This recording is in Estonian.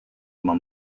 oma